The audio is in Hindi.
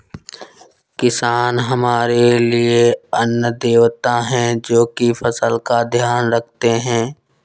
किसान हमारे लिए अन्न देवता है, जो की फसल का ध्यान रखते है